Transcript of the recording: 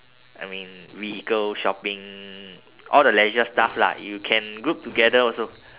I mean vehicle shopping all the leisure stuff lah you can group together also